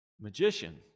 magician